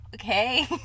okay